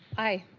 aye.